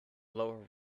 lower